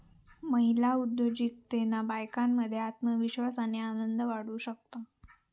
महिला उद्योजिकतेतना बायकांमध्ये आत्मविश्वास आणि आनंद वाढू शकता